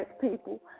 people